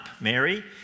Mary